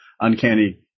uncanny